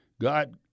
God